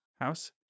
house